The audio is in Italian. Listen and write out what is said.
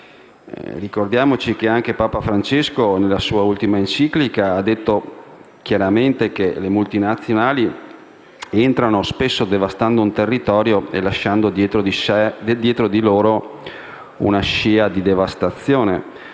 Ricordiamo che anche Papa Francesco nella sua ultima enciclica ha detto chiaramente che le multinazionali arrivano spesso devastando un territorio e lasciando dietro di loro una scia di devastazione.